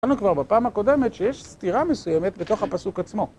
ראינו כבר בפעם הקודמת שיש סתירה מסוימת בתוך הפסוק עצמו.